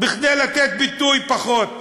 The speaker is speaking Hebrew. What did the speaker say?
כדי לתת פחות ביטוי.